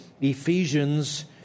Ephesians